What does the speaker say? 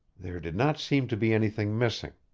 there did not seem to be anything missing.